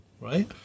right